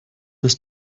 ist